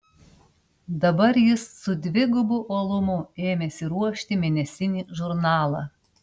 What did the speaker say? dabar jis su dvigubu uolumu ėmėsi ruošti mėnesinį žurnalą